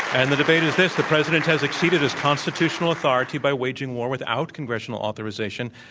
and the debate is this the president has exceeded his constitutional authority by waging war without congressional authorization.